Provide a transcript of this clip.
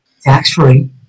tax-free